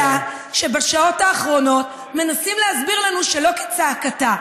אין שאלה שבשעות האחרונות מנסים להסביר לנו שלא כצעקתה,